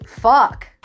fuck